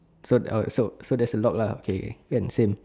so oh so so there's a lock lah okay K can same